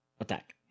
attack